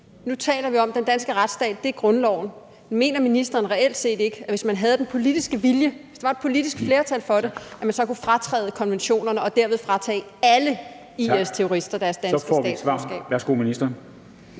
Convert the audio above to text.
Nu taler vi om, at den danske retsstat er grundloven. Mener ministeren reelt set ikke, at man, hvis man havde den politiske vilje, hvis der var et politisk flertal for det, så kunne fratræde konventionerne og derved fratage alle IS-terrorister deres danske statsborgerskab? Kl. 13:48 Formanden